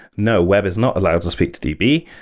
no. web is not allowed to speak to db.